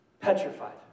petrified